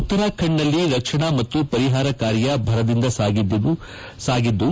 ಉತ್ತರಖಂಡದಲ್ಲಿ ರಕ್ಷಣಾ ಮತ್ತು ಪರಿಹಾರ ಕಾರ್ಯ ಭರದಿಂದ ಸಾಗಿದ್ದು